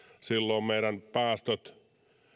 silloin päästöt